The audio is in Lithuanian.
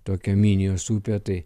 tokia minijos upė tai